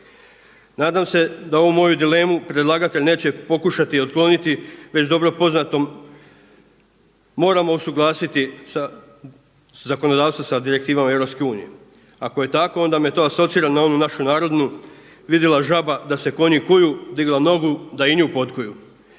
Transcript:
Nadam se da ovu moju dilemu predlagatelj neće pokušati otkloniti već dobro poznatom, moramo usuglasiti zakonodavstvo sa direktivama EU, ako je tako onda me to asocira na onu našu narodnu, vidjela žaba da se konji kuju, digla nogu da i nju potkuju.